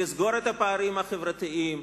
לסגור את הפערים החברתיים,